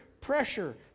pressure